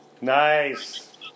Nice